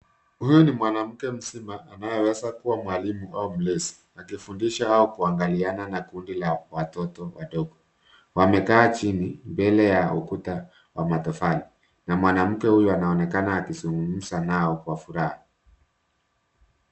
Huyu ni mwanamke mzima ambaye anaweza kuwa mwalimu au mlezi akifundisha au kuangaliana na kundi la watoto wadogo. Wamekaa chini mbele ya ukuta wa matofali na mwanamke huyu anaonekana akizungumza nao kwa furaha.